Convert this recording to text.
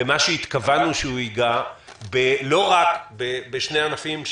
הישיבה תעסוק היום בשני ענפים,